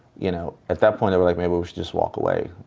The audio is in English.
you know, at that point, they were like, maybe we should just walk away,